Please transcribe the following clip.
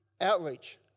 Outreach